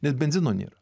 nes benzino nėra